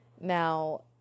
Now